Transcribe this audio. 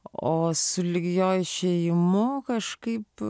o sulig jo išėjimu kažkaip